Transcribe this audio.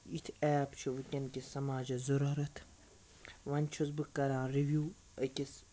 یِتھ ایپ چھُ وٕنۍکٮ۪ن کِس سماجَس ضٔروٗرت وۄنۍ چھُس بہٕ کَران رِوِو أکِس